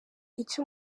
icyo